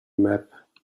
map